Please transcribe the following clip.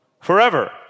Forever